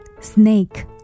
Snake